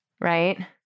right